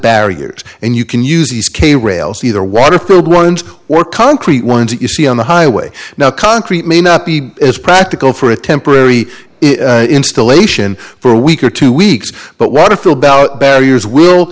barriers and you can use these k rails either waterfield ones or concrete ones you see on the highway now concrete may not be as practical for a temporary installation for a week or two weeks but what if the about barriers will